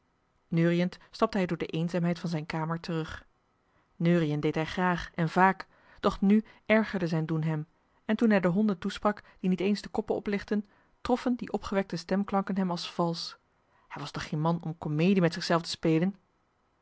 neuriënd stapte hij door de eenzaamheid van zijn kamer terug neuriën deed hij graag en vaak doch nu ergerde hij zich over zijn doen en toen hij de honden toesprak die niet eens de koppen oplichtten troffen die opgewekte stemklanken hem als valsch hij was toch geen man om komedie met zichzelf te spelen